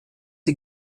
die